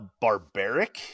barbaric